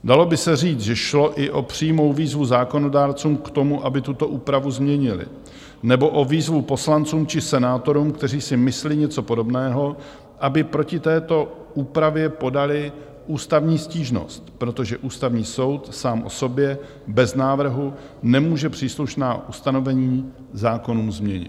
Dalo by se říct, že šlo i o přímou výzvu zákonodárcům k tomu, aby tuto úpravu změnili, nebo o výzvu poslancům či senátorům, kteří si myslí něco podobného, aby proti této úpravě podali ústavní stížnost, protože Ústavní soud sám o sobě bez návrhu nemůže příslušná ustanovení k zákonům změnit.